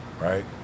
right